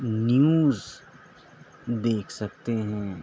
news دیکھ سکتے ہیں